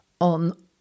on